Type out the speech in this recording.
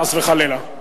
חס וחלילה.